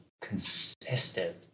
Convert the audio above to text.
consistent